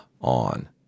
on